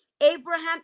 Abraham